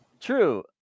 True